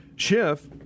Schiff